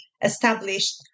established